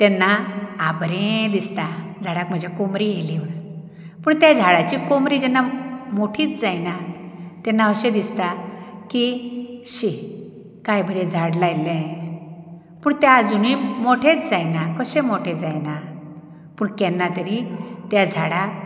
तेन्ना आ बरें दिसता झाडाक म्हज्या कोमरी येयली म्हणून पूण त्या झाडाची कोमरी जेन्ना मोठीच जायना तेन्ना अशें दिसता की शी काय बरें झाड लायल्लें हांवें पूण तें आजुनय मोठेंच जायना कशें मोटें जायना पूण केन्ना तरी त्या झाडाक